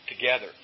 together